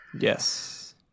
Yes